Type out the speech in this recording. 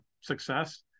success